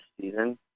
season